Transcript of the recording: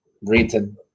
written